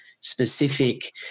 specific